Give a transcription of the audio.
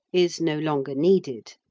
is no longer needed.